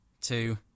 two